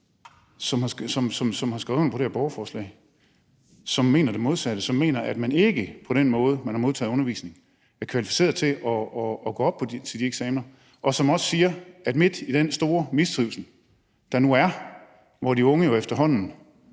som har skrevet under på det her borgerforslag, som mener det modsatte, som mener, at man ikke med den måde, man har modtaget undervisning på, er kvalificeret til at gå op til de eksamener, og som midt i den her store mistrivsel, som der nu er – blandt de unge er der efterhånden